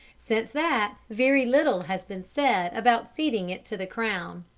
since that very little has been said about ceding it to the crown.